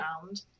found